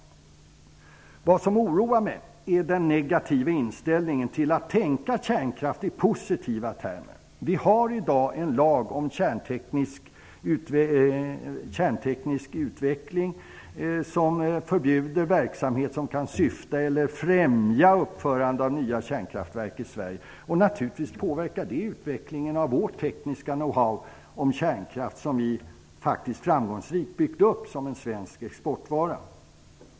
Vad som oroar mig är den negativa inställningen till att tänka på kärnkraft i positiva termer. Vi har i dag en lag om kärnteknisk utveckling som förbjuder verksamhet som kan syfta till eller främja uppförande av nya kärnkraftverk i Sverige. Naturligtvis påverkar det utvecklingen av vår tekniska know-how i fråga om kärnkraft, vilken vi faktiskt framgångsrikt har byggt upp som en svensk exportvara.